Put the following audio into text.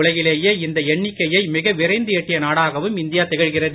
உலகிலேயே இந்த எண்ணிக்கையை மிக விரைந்து எட்டிய நாடாகவும் இந்தியா திகழ்கிறது